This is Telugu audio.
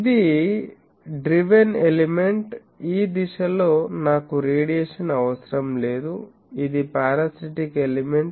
ఇది డ్రివెన్ ఎలిమెంట్ ఈ దిశలో నాకు రేడియేషన్ అవసరం లేదు ఇది పారాసిటిక్ ఎలిమెంట్